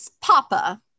papa